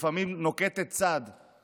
שלפעמים נוקטת צד עם